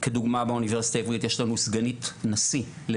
כי אם מסתכלים, כמו שאתה אמרת, הפתיחה של